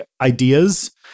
ideas